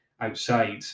outside